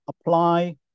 apply